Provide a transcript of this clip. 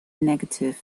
negative